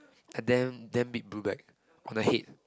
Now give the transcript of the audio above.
and then then big blue black on the head